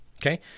okay